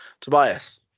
Tobias